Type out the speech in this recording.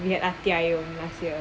the ati only last year